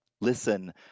Listen